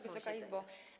Wysoka Izbo!